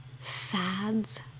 fads